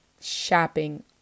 shopping